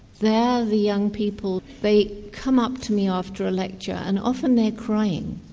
there the young people. they come up to me after a lecture and often they're crying,